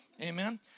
Amen